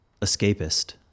escapist